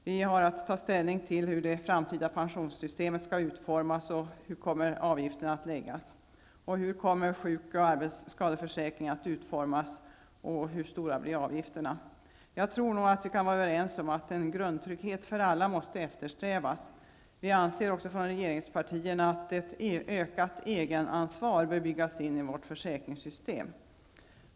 Vi har att ta ställning till hur det framtida pensionssystemet skall utformas, hur avgiften kommer att bestämmas, hur sjuk och arbetsskadeförsäkringen kommer att utformas och hur stora avgifterna kommer att bli. Jag tror nog att vi kan vara överens om att en grundtrygghet för alla måste eftersträvas. Vi anser också inom regeringspartierna att ett ökat egenansvar bör byggas in i vårt försäkringssystem.